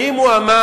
האם הוא אמר